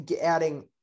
adding